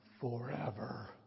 forever